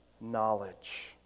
knowledge